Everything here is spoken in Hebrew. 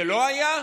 זה לא היה,